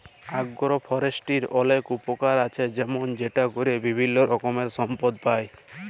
আগ্র ফরেষ্ট্রীর অলেক উপকার আছে যেমল সেটা ক্যরে বিভিল্য রকমের সম্পদ পাই